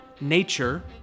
nature